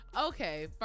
Okay